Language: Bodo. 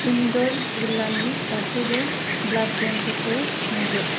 इन्द'र जिल्लानि गासिबो ब्लाड बेंकफोरखौ नागिर